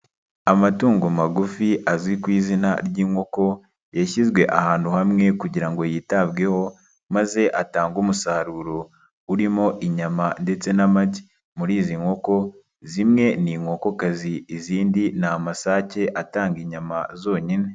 Amatungo magufi azwi ku izina ry'inkoko yashyizwe ahantu hamwe kugira ngo yitabweho maze atange umusaruro urimo inyama ndetse n'amagi, muri izi nkoko zimwe n'inkokokazi izindi ni amasake atanga inyama zonyine.